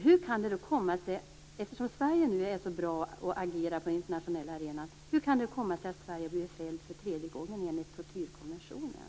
Hur kan det komma sig att Sverige, som är så bra och som agerar på den internationella arenan, kan bli fällt för tredje gången enligt tortyrkonventionen?